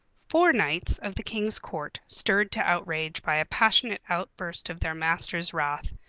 four knights of the king's court, stirred to outrage by a passionate outburst of their master's wrath,